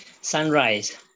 sunrise